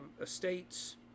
estates